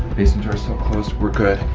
basement door's still closed, we're good.